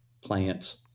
plants